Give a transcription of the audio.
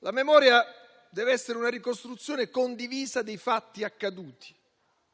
La memoria dev'essere una ricostruzione condivisa dei fatti accaduti,